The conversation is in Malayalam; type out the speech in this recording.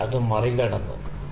അതെ അത് മറികടന്നു